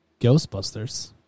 Ghostbusters